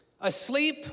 asleep